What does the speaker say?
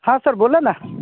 हो सर बोला ना